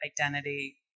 identity